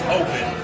open